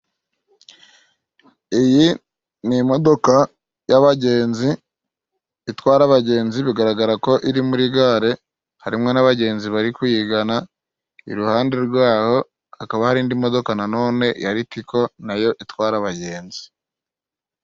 iyi ni imodoka y'abagenzi, itwara abagenzi bigaragara ko iri muri gare harimo n'abagenzi bari kuyigana, iruhande rwaho hakaba hari indi modoka nanone ya ritiko nayo itwara abagenzi.